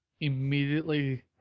immediately